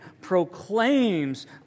proclaims